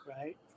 right